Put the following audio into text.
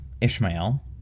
Ishmael